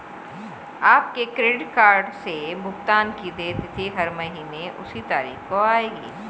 आपके credit card से भुगतान की देय तिथि हर महीने उसी तारीख को आएगी